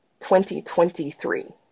2023